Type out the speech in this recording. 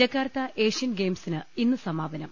Jakarta Asian ഗെയിംസിന് ഇന്ന് സമാപനം